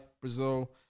Brazil